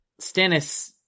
Stannis